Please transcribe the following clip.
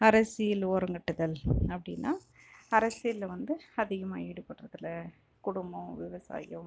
அரசியல் ஓரங்கட்டுதல் அப்படினா அரசியலில் வந்து அதிகமாக ஈடுபடுறது இல்லை குடும்பம் விவசாயம்